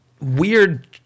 weird